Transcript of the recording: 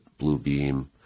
Bluebeam